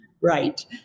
Right